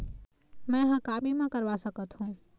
मैं हर का बीमा करवा सकत हो?